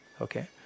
okay